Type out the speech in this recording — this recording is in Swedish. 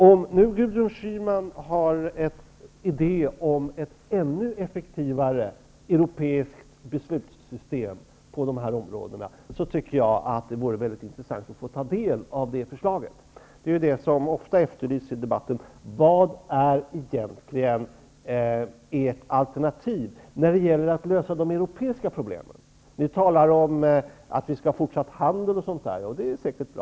Om nu Gudrun Schyman har en idé om ett ännu effektivare europeiskt beslutssystem på dessa områden, vore det väldigt intressant att ta del av den. Det efterlyses ofta i debatten vad ert alternativ är för att lösa de europeiska problemen. Ni talar om att vi skall ha fortsatt handel osv., och det är säkert bra.